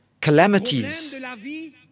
calamities